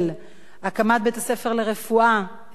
הקמת בית-הספר לרפואה בצפת,